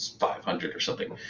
five hundred or something,